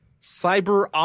Cyber